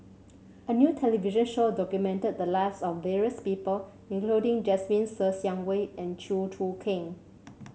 a new television show documented the lives of various people including Jasmine Ser Xiang Wei and Chew Choo Keng